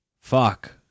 fuck